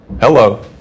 Hello